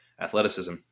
athleticism